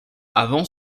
avant